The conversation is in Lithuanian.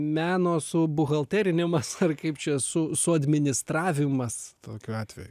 meno subuhalterinimas ar kaip čia su su administravimas tokiu atveju